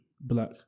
black